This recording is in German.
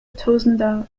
tosender